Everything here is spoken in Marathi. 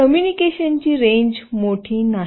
तर कम्युनिकेशनची रेंज मोठी नाही